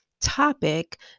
topic